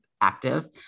active